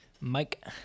Mike